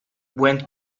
went